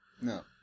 No